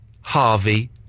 Harvey